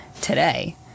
today